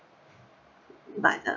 but uh